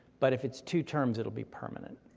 but if it's two terms it'll be permanent,